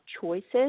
choices